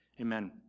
Amen